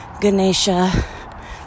Ganesha